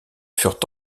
furent